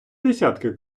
десятки